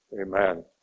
Amen